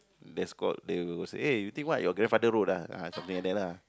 that's called the eh you think what your grandfather road ah ah something like that ah